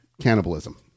cannibalism